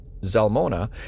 Zalmona